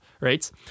right